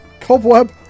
Cobweb